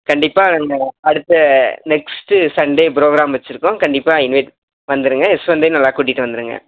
கண்டிப்பாக நீங்கள் அடுத்த நெக்ஸ்ட்டு சண்டே ப்ரோகிராம் வச்சிருக்கோம் கண்டிப்பாக இன்வைட் வந்துடுங்க யஷ்வந்த்தையும் நல்லா கூட்டிகிட்டு வந்துடுங்க